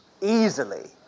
easily